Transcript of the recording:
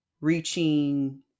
reaching